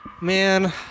Man